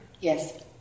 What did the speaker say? Yes